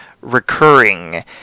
Recurring